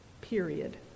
period